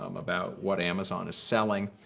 um about what amazon is selling.